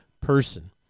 person